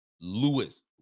Lewis